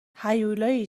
هیولایی